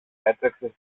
έτρεξε